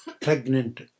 pregnant